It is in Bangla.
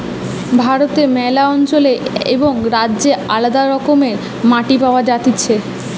ভারতে ম্যালা অঞ্চলে এবং রাজ্যে আলদা রকমের মাটি পাওয়া যাতিছে